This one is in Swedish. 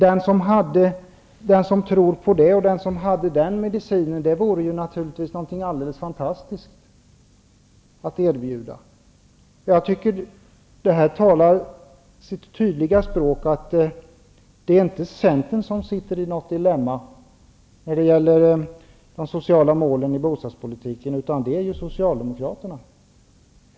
Det vore naturligtvis någonting alldeles någonting fantastiskt om man trodde på detta och hade den medicinen att erbjuda. Det här talar sitt tydliga språk. Det är inte centern som sitter i något dilemma när det gäller de sociala målen i bostadspolitiken, utan det är socialdemokraterna.